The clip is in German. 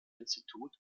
institut